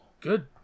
good